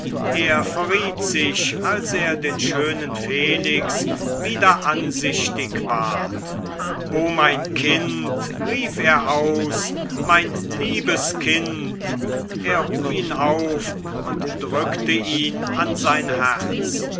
er verriet sich als er den schönen felix wieder ansichtig ward o mein kind rief er aus mein liebes kind er hub ihn auf und drückte ihn an sein herz